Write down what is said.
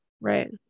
Right